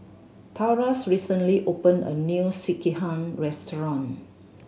Taurus recently opened a new Sekihan restaurant